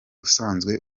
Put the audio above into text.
usanzwe